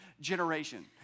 generation